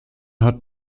hat